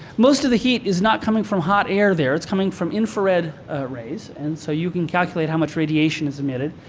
most of the heat is not coming from hot air there. it's coming from infrared rays and so, you can calculate how much radiation is emitted.